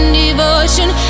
devotion